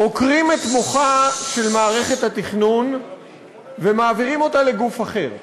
עוקרים את מוחה של מערכת התכנון ומעבירים אותה לגוף אחר.